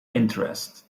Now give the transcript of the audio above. interest